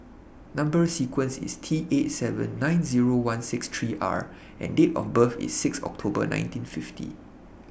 Number sequence IS T eight seven nine Zero one six three R and Date of birth IS six October nineteen fifty